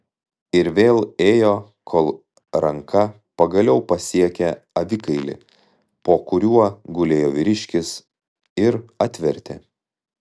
ir vėl ėjo kol ranka pagaliau pasiekė avikailį po kuriuo gulėjo vyriškis ir atvertė